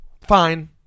Fine